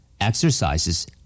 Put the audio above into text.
Exercises